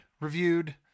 reviewed